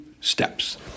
steps